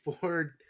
Ford